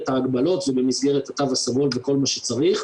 ההגבלות ובמסגרת התו הסגול וכל מה שצריך,